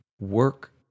work